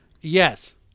Yes